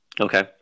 Okay